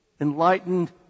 enlightened